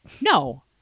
no